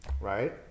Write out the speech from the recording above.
Right